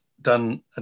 done